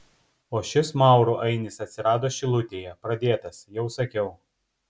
o šis maurų ainis atsirado šilutėje pradėtas jau sakiau